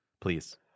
please